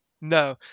No